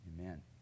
amen